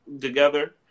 together